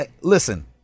listen